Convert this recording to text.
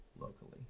locally